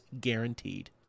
guaranteed